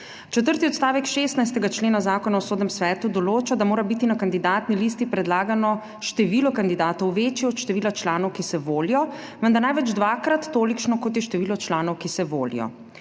odstavek 16. člena Zakona o Sodnem svetu določa, da mora biti na kandidatni listi predlagano število kandidatov večje od števila članov, ki se volijo, vendar največ dvakrat tolikšno, kot je število članov, ki se volijo.